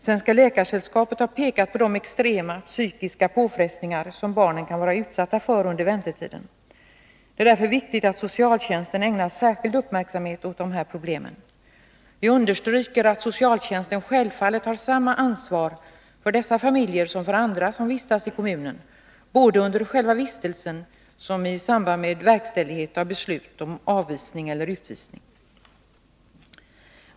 Svenska Läkaresällskapet har pekat på de extrema psykiska påfrestningar som barnen kan vara utsatta för under väntetiden. Det är därför viktigt att socialtjänsten ägnar särskild uppmärksamhet åt de här problemen. Vi understryker att socialtjänsten självfallet har samma ansvar för dessa familjer som för andra som vistas i kommunen, både under själva vistelsen och i samband med verkställighet av beslut om avvisning eller utvisning.